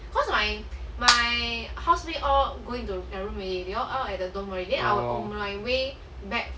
orh